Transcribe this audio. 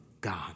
God